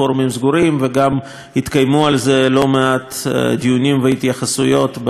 וגם התקיימו על זה לא מעט דיונים והתייחסויות בקבינט.